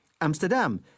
Amsterdam